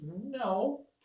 no